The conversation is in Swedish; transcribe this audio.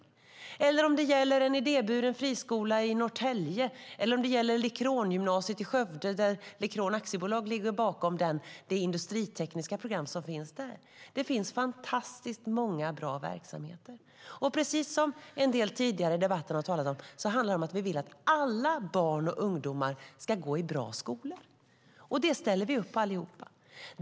Det finns fantastiskt många bra verksamheter, oavsett om det är en idéburen friskola i Norrtälje eller Lichrongymnasiet i Skövde, där Lichron Aktiebolag ligger bakom det industritekniska programmet. Som en del tidigare i debatten har talat om vill vi att alla barn och ungdomar ska gå i bra skolor. Det ställer vi upp på allihop.